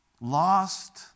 Lost